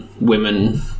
women